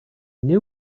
knew